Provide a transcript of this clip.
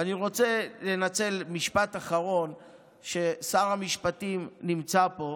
ואני רוצה לנצל משפט אחרון כששר המשפטים נמצא פה,